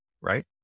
right